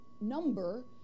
number